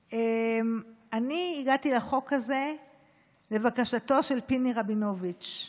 אני הגעתי לחוק הזה לבקשתו של פיני רבינוביץ'.